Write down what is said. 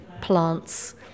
plants